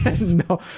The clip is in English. no